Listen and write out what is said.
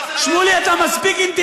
איפה היה המחנה,